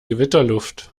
gewitterluft